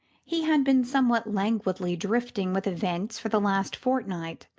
he had been somewhat languidly drifting with events for the last fortnight,